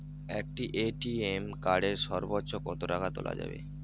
একটি ATM card থেকে সর্বোচ্চ কত টাকা তোলা যাবে?